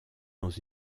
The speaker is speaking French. dans